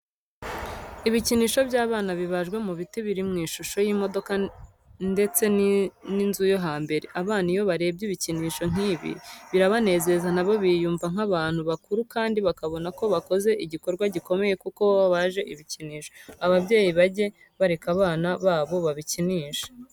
Ibikinisho by'abana bibajwe mu biti biri mu ishusho y'imodoka ndetse n'inzu yo hambere, abana iyo barebye ibikinisho nk'ibi birabanezeza nabo biyumva nk'abantu bakuru kandi bakabona ko bakoze igikorwa gikomeye kuko babaje ibikinisho. Ababyeyi bajye bareka abana babo babikinishe.